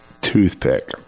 toothpick